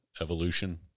evolution